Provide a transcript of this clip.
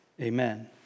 Amen